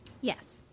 Yes